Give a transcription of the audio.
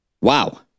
wow